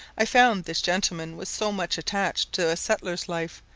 i found this gentleman was so much attached to a settler's life,